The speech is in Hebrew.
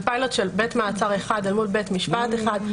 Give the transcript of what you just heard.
זה פיילוט של מעצר אחד מול בית משפט אחד.